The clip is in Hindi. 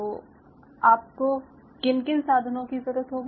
तो आपको किन किन साधनों की ज़रूरत होगी